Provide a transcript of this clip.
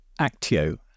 Actio